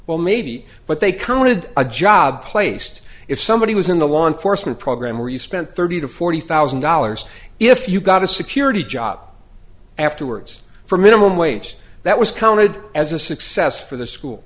well maybe but they counted a job placed if somebody was in the law enforcement program where you spent thirty to forty thousand dollars if you got a security job afterwards for minimum wage that was counted as a success for the school